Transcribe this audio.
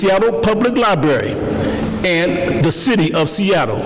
seattle public library and the city of seattle